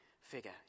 figure